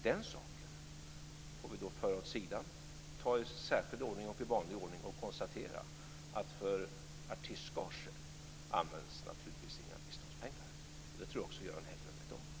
Den saken får vi då föra åt sidan, ta i särskild ordning och i vanlig ordning och konstatera att för artistgager används naturligtvis inga biståndspengar. Det tror jag att också Göran Hägglund vet om.